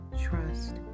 trust